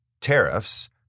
tariffs